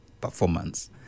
performance